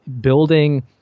building –